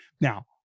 Now